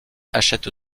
achète